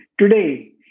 Today